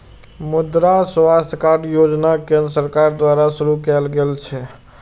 मुद्रा स्वास्थ्य कार्ड योजना केंद्र सरकार द्वारा शुरू कैल गेल छै